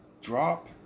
Drop